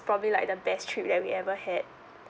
probably like the best trip that we ever had